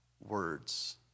words